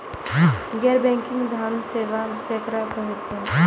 गैर बैंकिंग धान सेवा केकरा कहे छे?